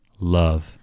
Love